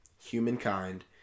Humankind